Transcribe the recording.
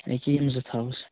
یہِ کہِ یِم زٕ تھاوُس